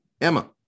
Emma